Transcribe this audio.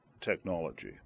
technology